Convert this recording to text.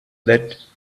that